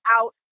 out